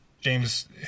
James